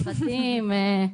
סרטים,